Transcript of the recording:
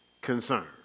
concern